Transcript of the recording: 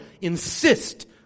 insist